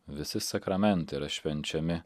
visi sakramentai yra švenčiami